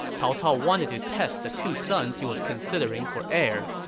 cao cao wanted to test the two sons he was considering for heir.